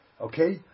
Okay